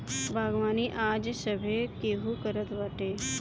बागवानी आज सभे केहू करत बाटे